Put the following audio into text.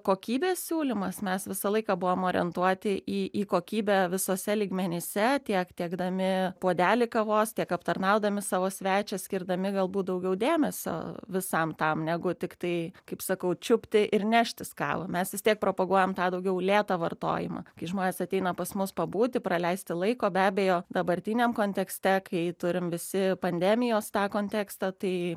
kokybės siūlymas mes visą laiką buvom orientuoti į į kokybę visuose lygmenyse tiek tiekdami puodelį kavos tiek aptarnaudami savo svečią skirdami galbūt daugiau dėmesio visam tam negu tiktai kaip sakau čiupti ir neštis kavą mes vis tiek propaguojam tą daugiau lėtą vartojimą kai žmonės ateina pas mus pabūti praleisti laiko be abejo dabartiniam kontekste kai turim visi pandemijos tą kontekstą tai